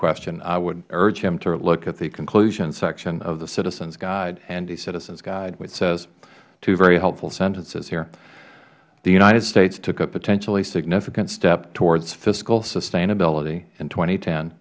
question i would urge him to look at the conclusion section of the citizens guide handy citizens guide which says two very helpful sentences here the united states took a potentially significant step towards fiscal sustainability in tw